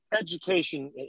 education